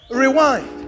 rewind